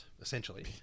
essentially